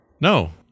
No